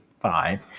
Five